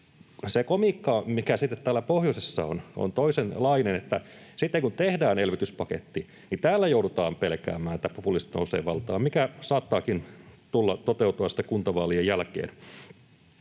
Se komiikka, mikä sitten täällä pohjoisessa on, on toisenlainen: sitten kun tehdään elvytyspaketti, niin täällä joudutaan pelkäämään, että populistit nousevat valtaan, mikä saattaakin toteutua sitten kuntavaalien jälkeen.